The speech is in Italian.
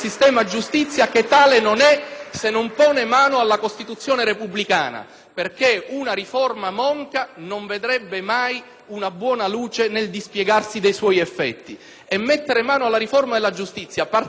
perché una riforma monca non vedrebbe mai una buona luce nel dispiegarsi dei suoi effetti. Mettere mano alla riforma della giustizia partendo dal fatto che - come, mi permettano gli esponenti del Partito Democratico, stanno facendo loro